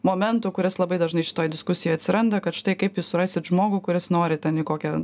momentų kuris labai dažnai šitoj diskusijoj atsiranda kad štai kaip jūs surasit žmogų kuris nori ten į kokią